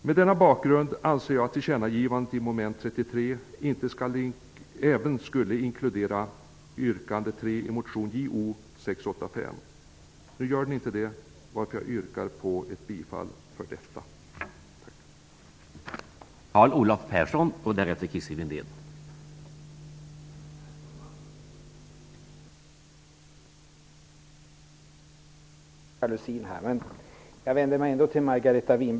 Mot denna bakgrund anser jag att tillkännagivandet i mom. 33 även borde inkludera yrkande 3 i motion Jo685. Nu gör det inte det. Därför yrkar jag bifall till detta yrkande.